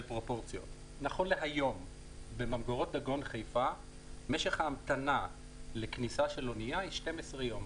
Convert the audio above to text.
נכון להיום בממגורות דגון חיפה משך ההמתנה לכניסה של אונייה הוא 12 יום.